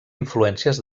influències